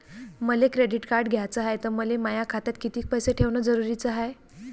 मले credit card घ्याचं हाय, त मले माया खात्यात कितीक पैसे ठेवणं जरुरीच हाय?